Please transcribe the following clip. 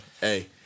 Hey